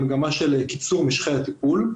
היא מגמה של קיצור משכי הטיפול.